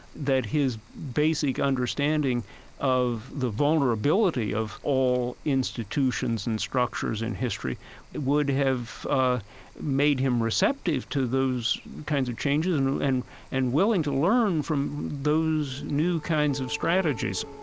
that his basic understanding of the vulnerability of all institutions and structures in history would have ah made him receptive to those kinds of changes and and willing to learn from those new kinds of strategies